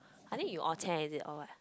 I think you orh-cheh is it or what